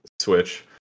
Switch